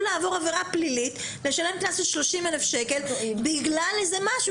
לעבור עבירה פלילית ולקבל קנס של 30,000 שקל בגלל איזה משהו